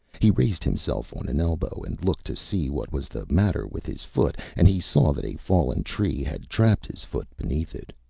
he raised himself on an elbow and looked to see what was the matter with his foot and he saw that a fallen tree had trapped his foot beneath it.